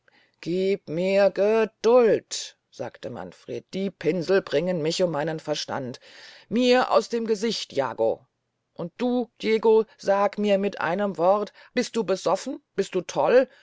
gieb mir geduld sagte manfred die pinsel bringen mich um meinen verstand mir aus dem gesicht jago und du diego sag mir mit einem wort bist du besoffen bist du toll